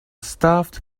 stuffed